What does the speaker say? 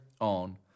on